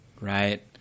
Right